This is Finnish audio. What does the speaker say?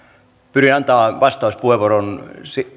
pyrin antamaan vastauspuheenvuoron